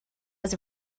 was